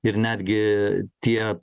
ir netgi tie